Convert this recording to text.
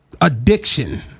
addiction